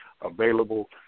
available